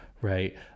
Right